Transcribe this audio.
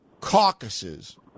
caucuses